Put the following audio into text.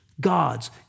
God's